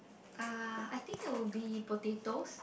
ah I think it would be potatoes